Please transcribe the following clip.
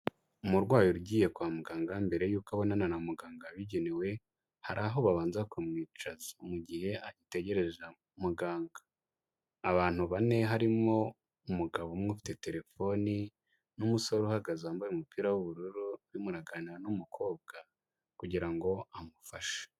Umurwayi ugiye kwa muganga mbere y'uko abonana na muganga wabigenewe, hari aho babanza bakamwicaza mu gihe agitegeje muganga, abantu bane harimo umugabo umwe ufite telefone n'umusore uhagaze wambaye umupira w'ubururu, urimo uraganira n'umukobwa kugira ngo amufashe.